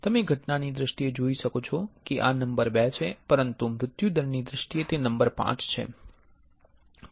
તમે ઘટનાની દ્રષ્ટિએ જોઈ શકો છો કે આ નંબર 2 છે પરંતુ મૃત્યુદરની દ્રષ્ટિએ તે 5 નંબર છે